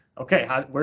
Okay